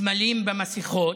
סמלים במסכות.